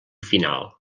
final